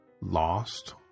lost